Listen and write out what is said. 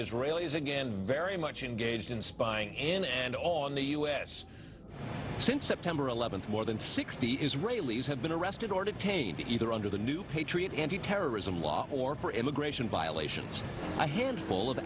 israel is again very much engaged in spying and on the u s since september eleventh more than sixty israelis have been arrested or detained either under the new patriot antiterrorism law or for immigration violations by him full of